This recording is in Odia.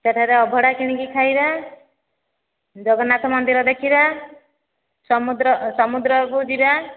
ସେଠାରେ ଅଭଡ଼ା କିଣିକି ଖାଇବା ଜଗନ୍ନାଥ ମନ୍ଦିର ଦେଖିବା ସମୁଦ୍ର ସମୁଦ୍ର କୁ ଯିବା